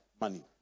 money